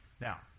Now